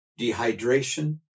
dehydration